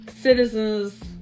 citizens